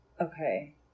Okay